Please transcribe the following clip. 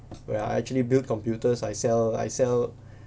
where I actually build computers I sell I sell